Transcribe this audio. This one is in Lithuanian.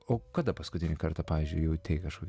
o kada paskutinį kartą pavyzdžiui jautei kažkokį